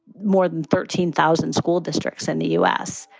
more than thirteen thousand school districts in the u s.